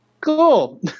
Cool